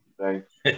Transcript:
Thanks